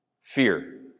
fear